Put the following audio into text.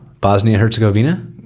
Bosnia-Herzegovina